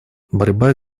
борьба